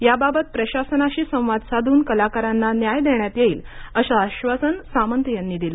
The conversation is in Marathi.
याबाबत प्रशासनाशी संवाद साधून कलाकारांना न्याय देण्यात येईल असं आश्वासन सामंत यांनी दिलं